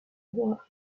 roi